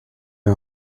est